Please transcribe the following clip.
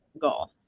goal